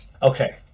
Okay